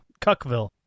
Cuckville